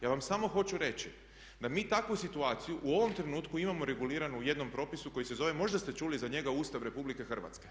Ja vam samo hoću reći da mi takvu situaciju u ovom trenutku imamo reguliranu u jednom propisu koji se zove, možda ste čuli za njega, Ustav RH.